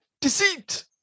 Deceit